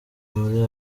muri